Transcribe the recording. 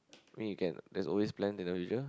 I mean you can [what] there's always plans in the future